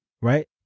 right